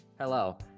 Hello